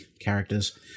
characters